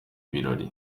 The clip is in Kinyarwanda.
birori